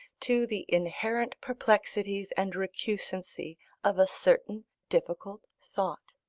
to the inherent perplexities and recusancy of a certain difficult thought.